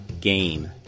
game